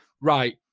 right